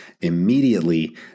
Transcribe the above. immediately